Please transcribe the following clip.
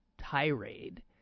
tirade